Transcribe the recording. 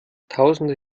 tausende